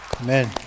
Amen